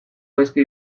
gaizki